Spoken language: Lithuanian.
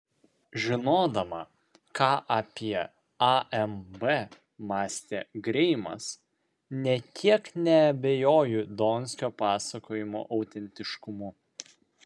žinodama ką apie amb mąstė greimas nė kiek neabejoju donskio pasakojimo autentiškumu